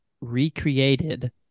recreated